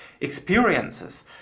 experiences